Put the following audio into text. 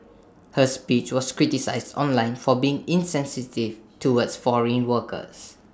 her speech was criticised online for being insensitive towards foreign workers